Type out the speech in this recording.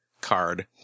card